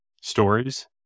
stories